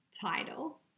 title